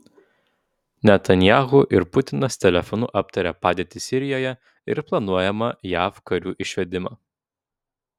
netanyahu ir putinas telefonu aptarė padėtį sirijoje ir planuojamą jav karių išvedimą